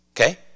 Okay